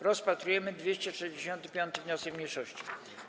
Rozpatrujemy 265. wniosek mniejszości.